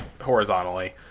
horizontally